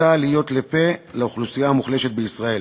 הייתה להיות לפה לאוכלוסייה המוחלשת בישראל.